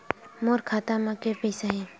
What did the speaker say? मोर खाता म के पईसा हे?